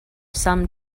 some